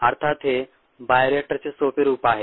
अर्थात हे बायोरिएक्टरचे सोपे रूप आहे